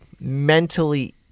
mentally